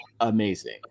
amazing